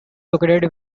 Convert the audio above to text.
located